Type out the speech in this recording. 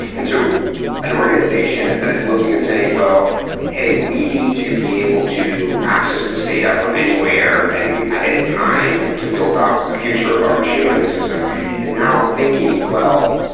and so an organization that is looking and saying, well hey, we need to be able to access this data from anywhere and at any time and to build up the future of our machine learning systems is now thinking, well,